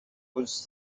was